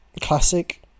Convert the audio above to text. classic